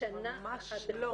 בשנה אחת.